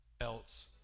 else